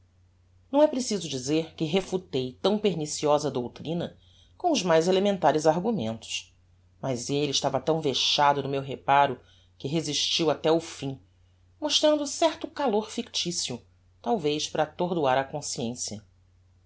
não é preciso dizer que refutei tão perniciosa doutrina com os mais elementares argumentos mas elle estava tão vexado do meu reparo que resistiu até o fim mostrando certo calor ficticio talvez para atordoar a consciencia